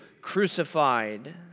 crucified